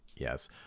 Yes